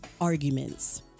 arguments